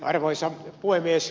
arvoisa puhemies